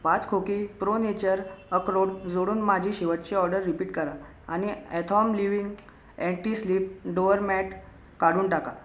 पाच खोकी pro nature अक्रोड जोडून माझी शेवटची ऑर्डर रिपीट करा आणि at home living anti slip door mat काढून टाका